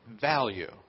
value